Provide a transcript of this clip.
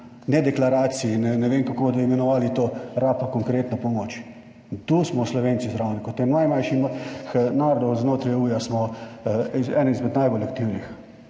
ne deklaracij in ne vem kako bodo imenovali to, rabi pa konkretno pomoč in tu smo Slovenci zraven kot eni najmanjših narodov znotraj EU smo eden izmed najbolj aktivnih.